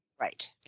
Right